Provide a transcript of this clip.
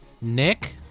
Nick